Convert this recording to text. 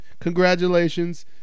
Congratulations